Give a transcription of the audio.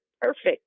perfect